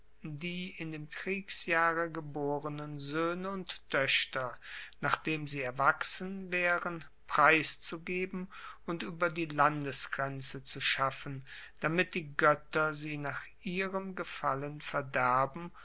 die in dem kriegsjahre geborenen soehne und toechter nachdem sie erwachsen waeren preiszugeben und ueber die landesgrenze zu schaffen damit die goetter sie nach ihrem gefallen verderben